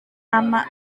lama